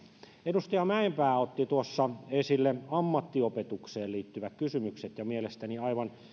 edustaja mäenpää otti tuossa esille ammattiopetukseen liittyvät kysymykset ja mielestäni aivan